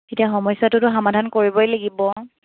তেতিয়া সমস্যাটোতো সমাধান কৰিবই লাগিব